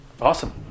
Awesome